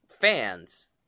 fans